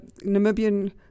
Namibian